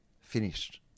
Finished